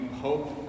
hope